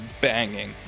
banging